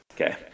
Okay